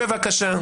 בבקשה.